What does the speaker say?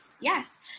Yes